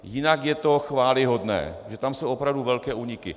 Jinak je to chvályhodné, protože tam jsou opravdu velké úniky.